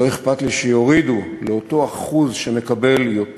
לא אכפת לי שיורידו לאותו אחוז שמקבל יותר.